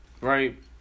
right